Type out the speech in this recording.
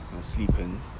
sleeping